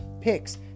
picks